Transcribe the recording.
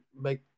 make